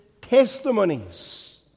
testimonies